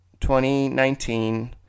2019